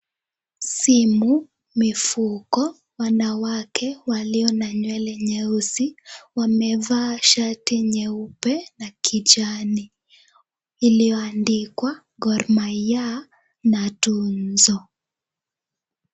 Simu, mifuko, wanawake walio na nywele nyeusi wamevaa shati nyeupe na kijani iliyoandikwa GORMAHIA na TUNZO.